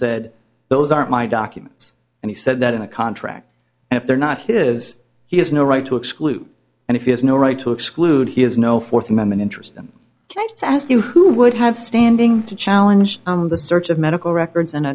said those aren't my documents and he said that in the contract and if they're not his he has no right to exclude and if he has no right to exclude he has no fourth amendment interest them thanks i ask you who would have standing to challenge the search of medical records